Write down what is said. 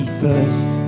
first